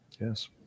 Yes